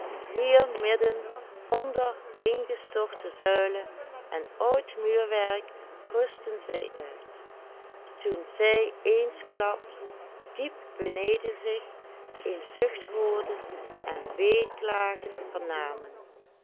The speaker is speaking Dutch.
midden onder ingestorte zuilen en oud muurwerk rustten zij uit toen zij eensklaps diep beneden zich een zucht hoorden en weeklagen